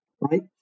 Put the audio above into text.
Right